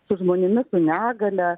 su žmonėmis su negalia